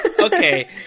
Okay